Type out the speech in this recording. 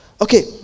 Okay